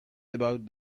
about